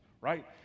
Right